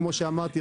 כמו שאמרתי,